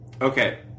Okay